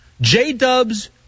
J-Dubs